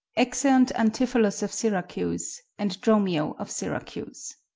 exeunt antipholus of syracuse and dromio of syracuse